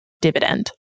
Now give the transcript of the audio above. dividend